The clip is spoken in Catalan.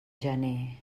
gener